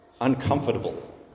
uncomfortable